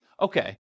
okay